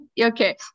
okay